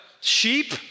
Sheep